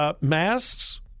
Masks